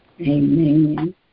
Amen